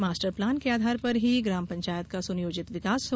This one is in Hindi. मास्टर प्लान के आधार पर ही ग्राम पंचायत का सुनियोजित विकास हो